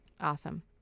Awesome